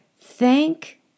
Thank